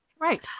right